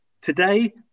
Today